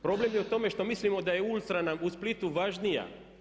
Problem je u tome što mislimo da je ULTRA nam u Splitu važnija.